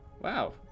Wow